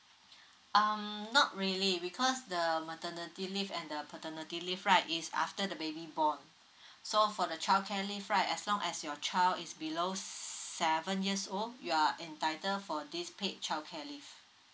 um not really because the maternity leave and the paternity leave right is after the baby born so for the childcare leave right as long as your child is below seven years old you are entitled for this paid childcare leave